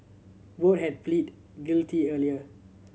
both had pleaded guilty earlier